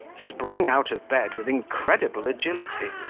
sprung out of bed with incredible agility,